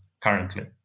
currently